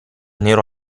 nero